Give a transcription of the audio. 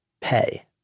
pay